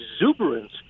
exuberance